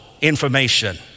information